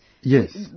Yes